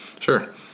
sure